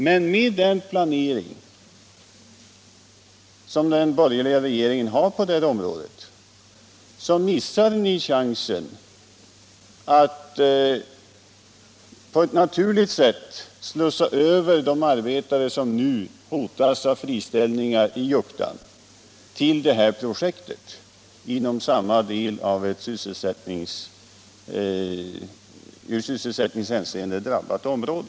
Men med den planering som den borgerliga regeringen har på detta område missar ni chansen att på ett naturligt sätt slussa över de arbetare som nu hotas av friställningar i Juktan till det här projektet, som ligger inom samma del av ett i sysselsättningshänseende drabbat område.